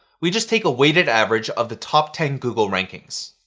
we just take a weighted average of the top ten google rankings.